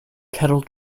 kettle